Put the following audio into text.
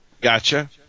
Gotcha